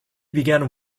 began